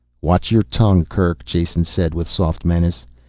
watch your tongue, kerk, jason said with soft menace.